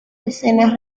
escenas